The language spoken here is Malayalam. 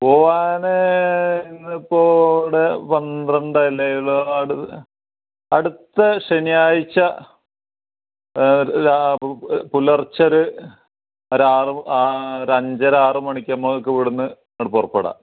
പോവാൻ ഇന്നിപ്പോൾ ഇവിടെ പന്ത്രണ്ടല്ലേ ആയുള്ളൂ അടു അടുത്ത ശനിയാഴ്ച്ച ഒരു രാ പുലർച്ചെ ഒരു ഒരാറ് ആ ഒരഞ്ചര ആറ് മണിക്ക് നമുക്ക് ഇവിടുന്ന് അങ്ങോട്ട് പുറപ്പെടാം